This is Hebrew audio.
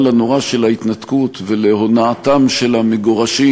הנורא של ההתנתקות ולהונאתם של המגורשים,